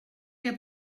get